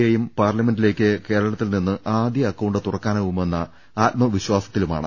എയും പാർലമെന്റി ലേക്ക് കേരളത്തിൽ നിന്ന് ആദ്യ അക്കൌണ്ട് തുറക്കാനാവുമെന്ന ആത്മവി ശ്വാസത്തിലാണ്